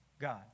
God